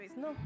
No